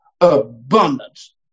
abundance